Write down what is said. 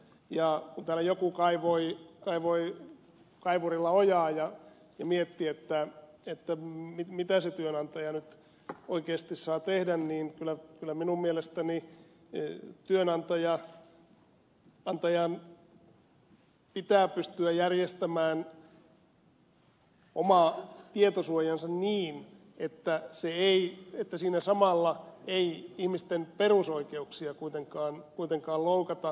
kun täällä joku kaivoi kaivurilla ojaa ja mietti mitä se työnantaja nyt oikeasti saa tehdä niin kyllä minun mielestäni työnantajan pitää pystyä järjestämään oma tietosuojansa niin että siinä samalla ei ihmisten perusoikeuksia kuitenkaan loukata